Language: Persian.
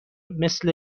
مثل